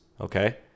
Okay